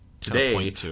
today